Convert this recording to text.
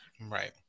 Right